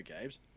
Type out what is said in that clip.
games